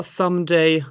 someday